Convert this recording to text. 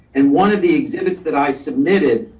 and one of the exhibits that i submitted,